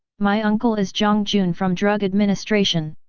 my uncle is jiang jun from drug administration.